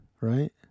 right